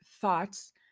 thoughts